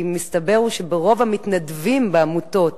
כי מסתבר שרוב המתנדבים בעמותות,